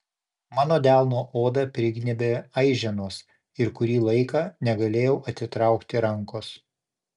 mano delno odą prignybė aiženos ir kurį laiką negalėjau atitraukti rankos